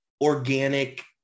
organic